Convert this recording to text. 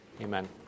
Amen